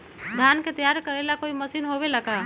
धान के तैयार करेला कोई मशीन होबेला का?